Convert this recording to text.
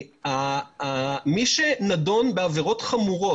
מי שנדון בעבירות חמורות,